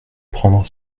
prendre